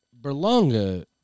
Berlanga